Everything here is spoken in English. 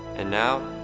and now,